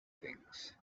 things